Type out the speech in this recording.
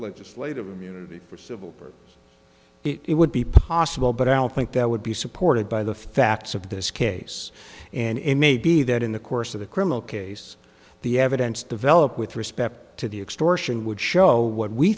legislative immunity for so well it would be possible but i don't think that would be supported by the facts of this case and it may be that in the course of the criminal case the evidence developed with respect to the extortion would show what we